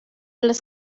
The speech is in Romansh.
las